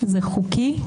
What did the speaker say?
זה חוקי?